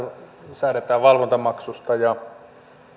säädetään valvontamaksusta ja